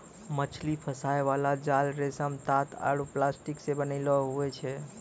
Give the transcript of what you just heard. मछली फसाय बाला जाल रेशम, तात आरु प्लास्टिक से बनैलो हुवै छै